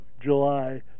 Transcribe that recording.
July